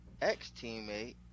ex-teammate